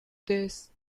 this